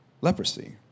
leprosy